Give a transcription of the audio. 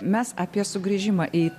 mes apie sugrįžimą į